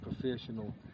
professional